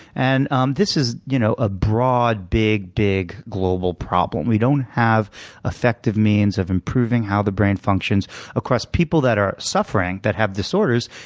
and um this is you know a broad, big big global problem. we don't have effective means of improving how the brain functions across people that are suffering, that have disorders,